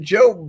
Joe